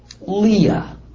Leah